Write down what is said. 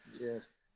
Yes